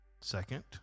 Second